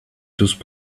those